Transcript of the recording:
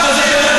אבל זה לא